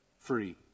free